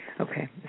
Okay